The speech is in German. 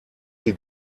sie